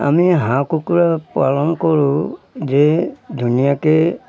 আমি হাঁহ কুকুৰা পালন কৰোঁ যে ধুনীয়াকৈ